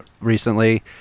recently